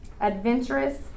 Adventurous